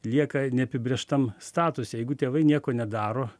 lieka neapibrėžtam statuse jeigu tėvai nieko nedaro